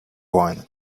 wine